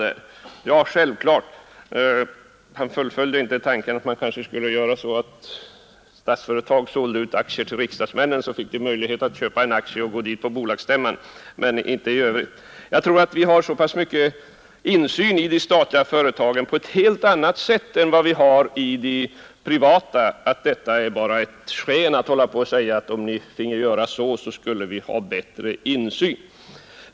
Ja, naturligtvis. Han fullföljde inte tanken och sade att man skulle låta Statsföretag AB sälja aktier till riksdagsmännen så att de fick möjlighet att gå på bolagsstämman men inte i övrigt deltaga. Jag tror att vi har en så mycket bättre insyn i de statliga företagen än vad vi har i de privata att det är oriktigt att säga att om vi finge göra så och så skulle vi få en bättre insyn.